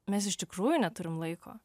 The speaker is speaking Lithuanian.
mes iš tikrųjų neturim laiko